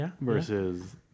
versus